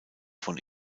von